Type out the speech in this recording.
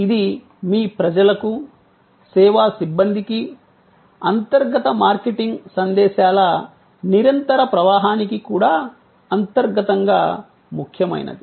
ఇది మీ ప్రజలకు సేవా సిబ్బందికి అంతర్గత మార్కెటింగ్ సందేశాల నిరంతర ప్రవాహానికి కూడా అంతర్గతంగా ముఖ్యమైనది